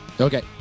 Okay